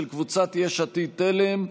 של קבוצת יש עתיד-תל"ם.